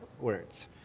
words